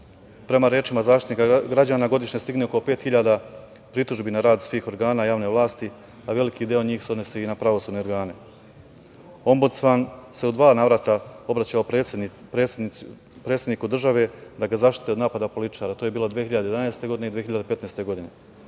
itd. Prema rečima Zaštitnika građana godišnje stigne oko pet hiljada pritužbi na rad svih organa javne vlasti, a veliki deo njih se odnosi i na pravosudne organ. Ombudsman se u dva navrata obraćao predsedniku države da ga zaštiti od napada političara. To je bilo 2011. godine, i 2015. godine.